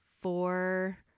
four